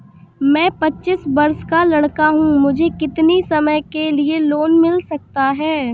मैं पच्चीस वर्ष का लड़का हूँ मुझे कितनी समय के लिए लोन मिल सकता है?